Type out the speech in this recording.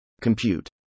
Compute